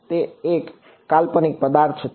તે એક કાલ્પનિક પદાર્થ છે